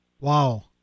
Wow